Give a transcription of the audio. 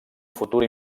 futur